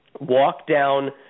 walk-down